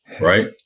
right